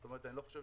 זאת אומרת, אני חושב